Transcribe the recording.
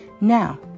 Now